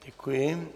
Děkuji.